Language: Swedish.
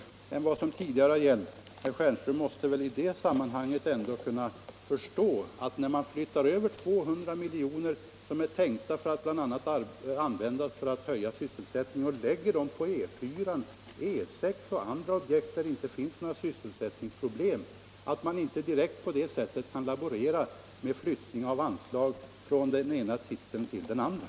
Här tar man 200 miljoner, som är tänkta bl.a. för att öka sysselsättningen i skogslänen, och flyttar över dem till E4, E6 och andra objekt i trakter där det inte finns några sysselsättningsproblem. Herr Stjernström måste väl förstå att man inte kan laborera på det sättet med flyttning från den ena titeln till den andra.